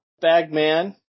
Bagman